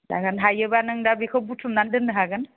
जागोन हायोब्ला नों दा बेखौ बुथुमनानै दोननो हागोन